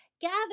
gather